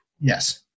Yes